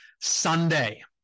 Sunday